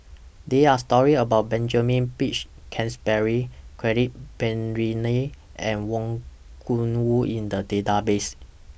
There Are stories about Benjamin Peach Keasberry Quentin Pereira and Wang Gungwu in The Database